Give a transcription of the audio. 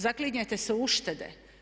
Zaklinjete se u uštede.